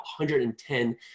110